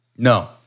No